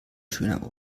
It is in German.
schöner